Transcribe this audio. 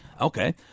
Okay